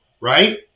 right